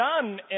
done